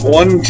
one